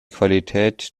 qualität